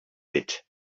bit